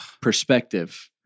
perspective